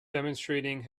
demonstrating